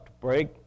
break